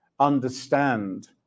understand